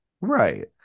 right